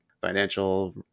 financial